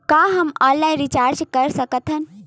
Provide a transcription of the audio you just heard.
का हम online recharge कर सकत हन?